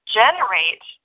generate